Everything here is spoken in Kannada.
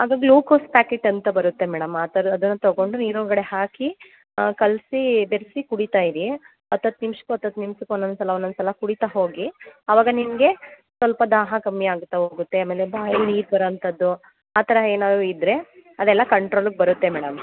ಅದು ಗ್ಲೂಕೋಸ್ ಪ್ಯಾಕೇಟ್ ಅಂತ ಬರುತ್ತೆ ಮೇಡಮ್ ಆ ಥರದನ್ನು ತಗೊಂಡು ನೀರು ಒಳಗಡೆ ಹಾಕಿ ಕಲಸಿ ಬೇರೆಸಿ ಕುಡಿತಾ ಇರಿ ಹತ್ ಹತ್ ನಿಮಿಷಕ್ಕು ಹತ್ ಹತ್ ನಿಮಿಷಕ್ಕು ಒಂದೊಂದ್ ಸಲ ಒಂದೊಂದ್ ಸಲ ಕುಡಿತಾ ಹೋಗಿ ಅವಾಗ ನಿಮಗೆ ಸ್ವಲ್ಪ ದಾಹ ಕಮ್ಮಿ ಆಗುತ್ತಾ ಹೋಗುತ್ತೆ ಆಮೇಲೆ ಬಾಯಲ್ಲಿ ನೀರು ಬರವಂತದ್ದು ಆ ಥರ ಏನಾದರು ಇದ್ದರೆ ಅದೆಲ್ಲ ಕಂಟ್ರೋಲಿಗೆ ಬರುತ್ತೆ ಮೇಡಮ್